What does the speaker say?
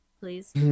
Please